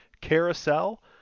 carousel